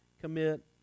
commit